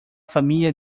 familia